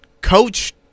Coach